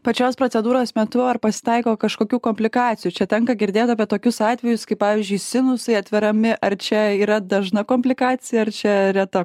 pačios procedūros metu ar pasitaiko kažkokių komplikacijų čia tenka girdėt apie tokius atvejus pavyzdžiui sinusai atveriami ar čia yra dažna komplikacija ar čia reta